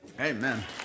Amen